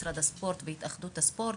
משרד הספורט והתאחדות הספורט,